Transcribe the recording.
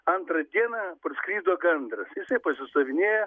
antrą dieną praskrido gandras jisai pasistovinėja